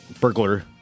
burglar